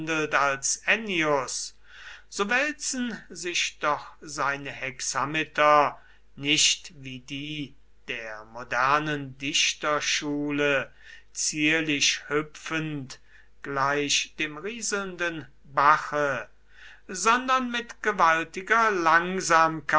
wälzen sich doch seine hexameter nicht wie die der modernen dichterschule zierlich hüpfend gleich dem rieselnden bache sondern mit gewaltiger langsamkeit